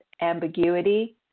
ambiguity